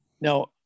Now